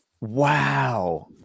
Wow